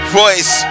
voice